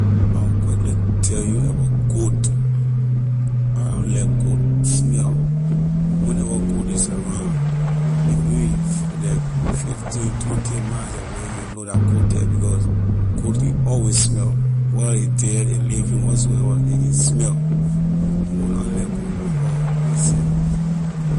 I will quickly tell you about goat I na like goat smell when ever goat is around if even like fifteen twenty miles away you will know la goat the because goat can always smell whether a dead a living whatsoever a can smell goat I na like goat at all ley scent.